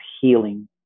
healing